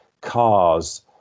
cars